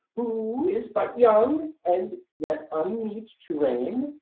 who is but young, and yet unmeet to reign,